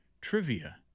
trivia